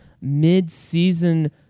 mid-season